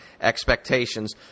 expectations